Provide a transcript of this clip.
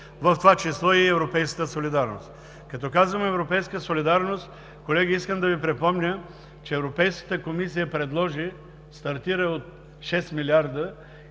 в това число и европейската солидарност. Като казвам „европейска солидарност“, колеги, искам да Ви припомня, че Европейската комисия предложи – стартира от 6 милиарда,